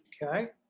Okay